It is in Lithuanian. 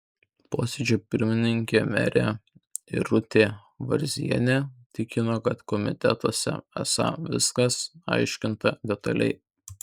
posėdžio pirmininkė merė irutė varzienė tikino kad komitetuose esą viskas aiškinta detaliai